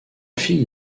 fille